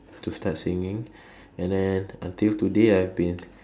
to start singing and then until today I've been